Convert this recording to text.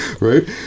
right